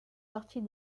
partie